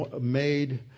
made